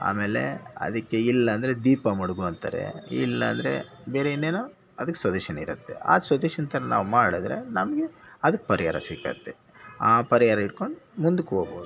ಆಮೇಲೆ ಅದಕ್ಕೆ ಇಲ್ಲಿ ಅಂದರೆ ದೀಪ ಮಡ್ಗು ಇಲ್ಲಂದರೆ ಬೇರೆ ಇನ್ನೇನೋ ಸಜೆಶನಿರುತ್ತೆ ಆ ಸಜೆಷನ್ನಾವು ಮಾಡಿದ್ರೆ ನಮಗೆ ಅದ್ಕೆ ಪರಿಹಾರ ಸಿಗತ್ತೆ ಆ ಪರಿಹಾರ ಇಡ್ಕೊಂಡು ಮುಂದಕ್ಕೆ ಹೋಗ್ಬೋದು